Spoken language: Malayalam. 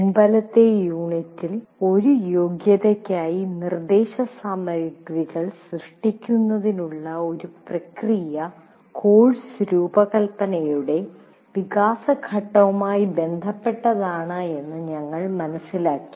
മുമ്പത്തെ യൂണിറ്റിൽ ഒരു യോഗ്യതയ്ക്കായി നിർദ്ദേശസാമഗ്രികൾ സൃഷ്ടിക്കുന്നതിനുള്ള ഒരു പ്രക്രിയ കോഴ്സ് രൂപകൽപ്പനയുടെ വികസന ഘട്ടവുമായി ബന്ധപ്പെട്ടതാണ് എന്ന് ഞങ്ങൾ മനസ്സിലാക്കി